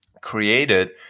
Created